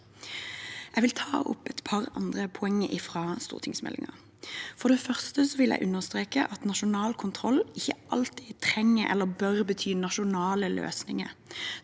Jeg vil ta opp et par andre poenger fra stortingsmeldingen. For det første vil jeg understreke at nasjonal kontroll ikke alltid trenger eller bør bety nasjonale løsninger.